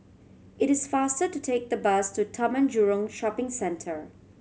it is faster to take the bus to Taman Jurong Shopping Centre